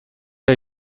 der